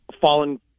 fallen